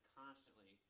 constantly